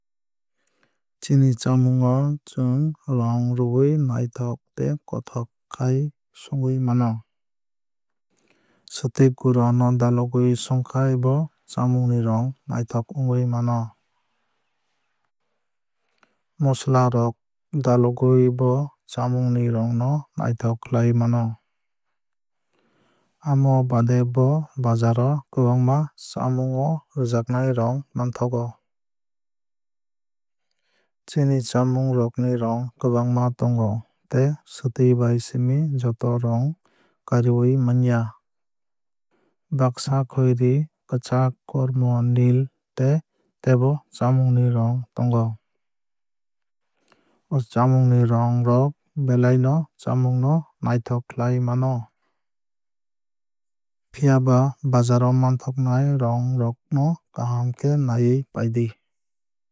Chini chamung o chwng rong ruwui naithok tei kothok khai songwui mano. Swtwui gura no dalogwio songkhai bo chamung ni rong naithok wngwui mano. Mosola rok dalogkhai bo chamung ni rong no naithok khlai mano. Amo baade bo bazar o kwbangma chamung o rwjaknai rong manthogo. Chini chamung rok ni rong kwbangma tongo tei swtawui bai simi joto rong kariwui manya. Baksa khoiri kwchak kormo neel tei tebo chamung ni rong tongo. O chamung ni rong rok belai no chamung no naithok khlai mano. Phiaba bazar o manthoknai rong rok no kaham khe naiwui paidi.